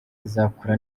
izakora